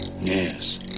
Yes